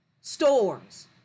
stores